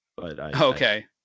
Okay